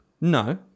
No